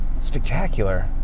spectacular